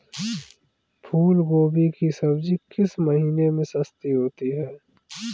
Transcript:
फूल गोभी की सब्जी किस महीने में सस्ती होती है?